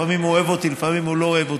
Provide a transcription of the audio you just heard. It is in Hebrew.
לפעמים הוא אוהב אותי,